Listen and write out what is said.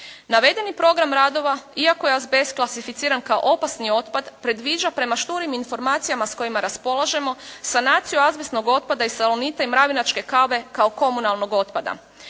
Navedeni program radova, iako je azbest klasificiran kao opasni otpad, predviđa prema šturim informacijama s kojima raspolažemo sanaciju azbestnog otpada i Salonita i mravinačke kave kao komunalnog otpada.